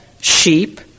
sheep